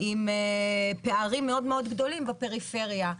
עם פערים מאוד מאוד גדולים בפריפריה.